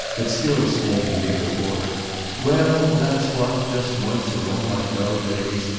but still standing there before her well, that's what, just once in all my dull days,